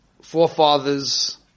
forefathers